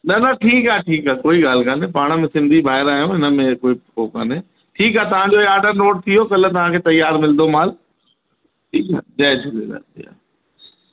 न न ठीकु आहे ठीकु आहे कोई ॻाल्हि कोन्हे पाण में सिंधी भाइर आहियूं हिन में कोई हो कोन्हे ठीकु आहे तव्हां जो हे ऑडर नोट थी वियो कल्ह तव्हां खे तयारु मिलंदो माल ठीकु आहे जय झूलेलाल जय